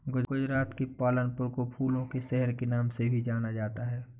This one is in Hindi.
गुजरात के पालनपुर को फूलों के शहर के नाम से भी जाना जाता है